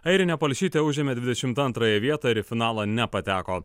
airinė palšytė užėmė dvidešimt antrąją vietą ir į finalą nepateko